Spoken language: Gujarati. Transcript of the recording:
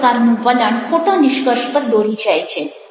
આવા પ્રકાર નું વલણ ખોટા નિષ્કર્ષ પર દોરી જાય છે